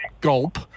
gulp